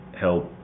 help